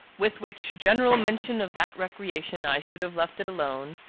with which general mention of that recreation, i should have left it alone,